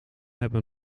hebben